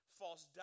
false